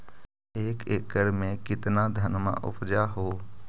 एक एकड़ मे कितना धनमा उपजा हू?